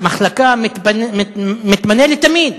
מחלקה מתמנה לתמיד,